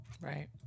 Right